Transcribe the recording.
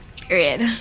period